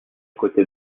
côté